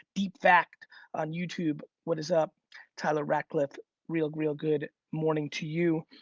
deep fact on youtube. what is up tyler rachleff real, real good morning to you.